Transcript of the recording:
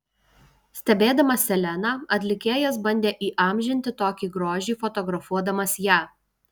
stebėdamas seleną atlikėjas bandė įamžinti tokį grožį fotografuodamas ją